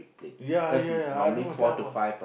yeah yeah yeah I know them ah